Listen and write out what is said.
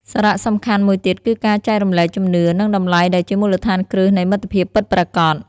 សារៈសំខាន់មួយទៀតគឺការចែករំលែកជំនឿ និងតម្លៃដែលជាមូលដ្ឋានគ្រឹះនៃមិត្តភាពពិតប្រាកដ។